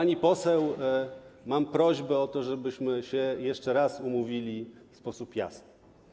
Pani poseł, mam prośbę, żebyśmy się jeszcze raz umówili w sposób jasny.